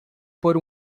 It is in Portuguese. por